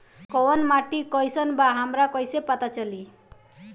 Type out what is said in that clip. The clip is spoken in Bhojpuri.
कोउन माटी कई सन बा हमरा कई से पता चली?